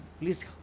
please